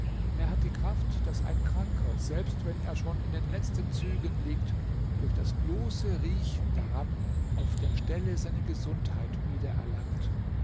er hat die kraft daß ein kranker selbst wenn er schon in den letzten zügen liegt durch das bloße riechen daran auf der stelle seine gesundheit